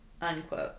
Unquote